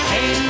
Hey